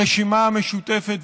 הרשימה המשותפת,